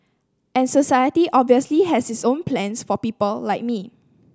and society obviously have its own plans for people like me